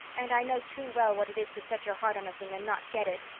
and i know too well what it is to set your heart on a thing and not get it.